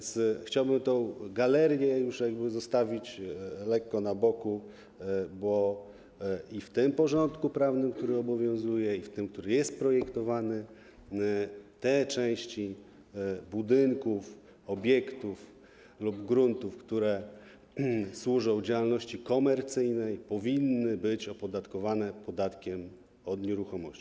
Chciałbym więc tę galerię zostawić już lekko na boku, bo w tym porządku prawnym, który obowiązuje, i w tym, który jest projektowany, te części budynków, obiektów lub gruntów, które służą działalności komercyjnej, powinny być opodatkowane podatkiem od nieruchomości.